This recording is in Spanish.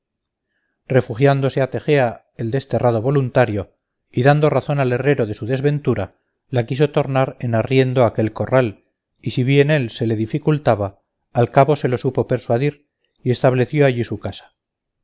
refugiándose a tegea el desterrado voluntario y dando razón al herrero de su desventura la quiso tornar en arriendo aquel corral y si bien él se le dificultaba al cabo se lo supo persuadir y estableció allí su casa